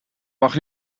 mag